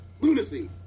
lunacy